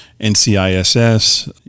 NCISS